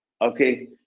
okay